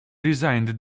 resigned